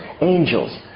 Angels